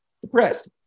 depressed